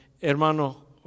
hermano